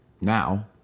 now